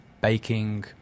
baking